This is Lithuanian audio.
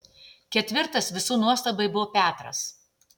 ketvirtas visų nuostabai buvo petras